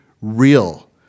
real